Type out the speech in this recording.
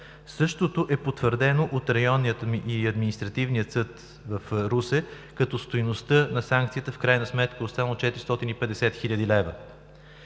Същото е потвърдено от Районния и административен съд в Русе, като стойността на санкцията в крайна сметка е останала 450 хил. лв.